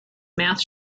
mouth